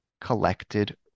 Collected